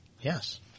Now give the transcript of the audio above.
Yes